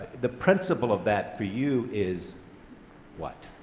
the principle of that for you is what?